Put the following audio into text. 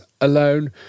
alone